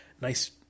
nice